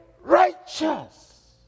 righteous